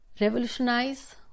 revolutionize